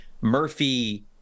Murphy